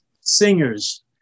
singers